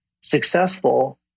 successful